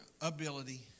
ability